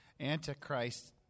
Antichrist